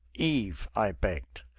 eve, i begged,